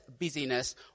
busyness